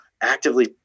actively